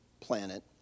planet